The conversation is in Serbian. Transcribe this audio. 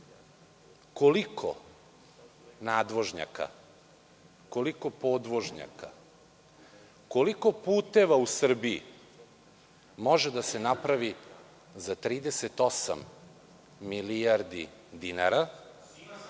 koliko nadvožnjaka, koliko podvožnjaka, koliko puteva u Srbiji može da se napravi za 38 milijardi dinara,